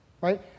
right